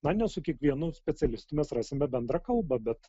na ne su kiekvienu specialistu mes rasime bendrą kalbą bet